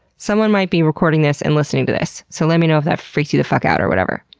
someone might be recording this and listening to this, so let me know if that freaks you the fuck out or whatever.